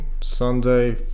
Sunday